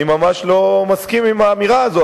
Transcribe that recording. אני ממש לא מסכים עם האמירה הזו.